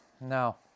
now